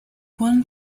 won